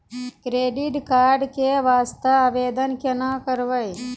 Credit card के वास्ते आवेदन केना करबै?